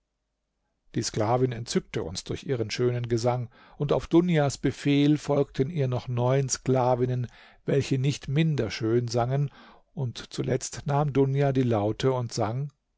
die sklavin entzückte uns durch ihren schönen gesang und auf dunjas befehl folgten ihr noch neun sklavinnen welche nicht minder schön sangen zuletzt nahm dunja die laute und sang